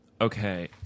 Okay